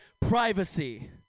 privacy